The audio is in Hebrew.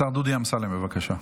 השר דודי אמסלם, בבקשה.